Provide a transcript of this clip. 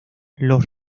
los